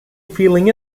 feeling